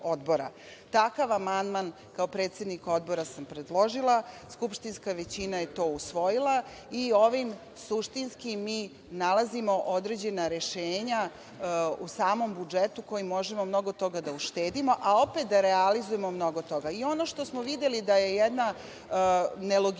amandman, kao predsednik Odbora sam predložila, skupštinska većina je to usvojila i ovim suštinski mi nalazimo određena rešenja u samom budžetu kojima možemo mnogo toga da uštedimo, ali opet i da realizujemo mnogo toga.I ono što smo videli da je jedna nelogičnost,